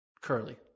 Curly